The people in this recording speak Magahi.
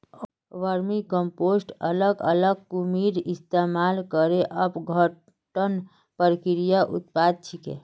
वर्मीकम्पोस्ट अलग अलग कृमिर इस्तमाल करे अपघटन प्रक्रियार उत्पाद छिके